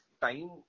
time